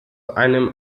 einem